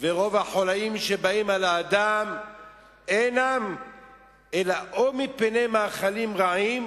ורוב החוליים שבאים על האדם אינם אלא או מפני מאכלים רעים